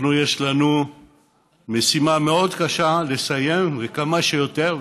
אנחנו, יש לנו משימה מאוד קשה לסיים, וכמה שיותר,